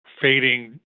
fading